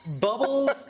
Bubbles